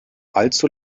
allzu